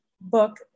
book